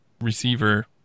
receiver